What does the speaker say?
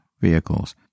vehicles